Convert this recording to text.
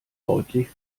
deutlich